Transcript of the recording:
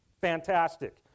Fantastic